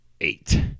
eight